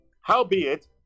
Howbeit